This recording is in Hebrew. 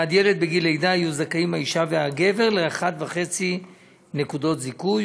בעד ילד בגיל לידה יהיו זכאים האישה והגבר ל-1.5 נקודת זיכוי,